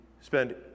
spend